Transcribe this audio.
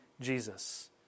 Jesus